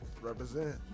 Represent